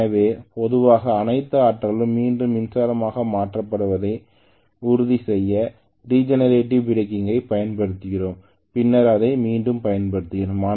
எனவே பொதுவாக அனைத்து ஆற்றலும் மீண்டும் மின்சாரமாக மாற்றப்படுவதை உறுதிசெய்ய ரிஜெனரேட்டிவ் பிரேக்கிங் ஐ பயன்படுத்துகிறோம் பின்னர் அதை மீண்டும் பயன்படுத்துகிறோம்